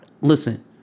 listen